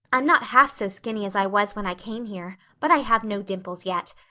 i'm not half so skinny as i was when i came here, but i have no dimples yet.